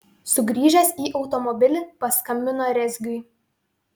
sugrįžęs į automobilį paskambino rezgiui